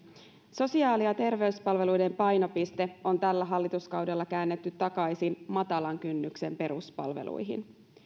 sosiaali ja terveyspalveluiden painopiste on tällä hallituskaudella käännetty takaisin matalan kynnyksen peruspalveluihin